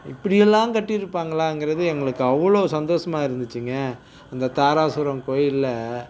இப்படி எல்லாம் கட்டி இருப்பாங்களாங்கறது எங்களுக்கு அவ்வளோ சந்தோஷமாக இருந்துச்சுங்க அந்த தாராசுரம் கோயில்ல